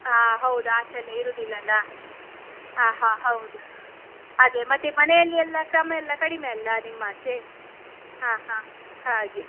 ಆ ಹೌದು ಆಚೆಯೆಲ್ಲಾ ಇರುದಿಲ್ಲಲ್ಲಾ ಆ ಹಾಂ ಹೌದು ಅದೇ ಮತ್ತು ಮನೆಯಲ್ಲಿಯೆಲ್ಲಾ ಕ್ರಮಯೆಲ್ಲಾ ಕಡಿಮೆಯಲ್ಲಾ ನಿಮ್ಮಾಚೆ ಹಾಂ ಹಾಂ ಹಾಗೆ